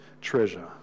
treasure